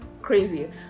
Crazy